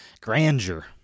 Grandeur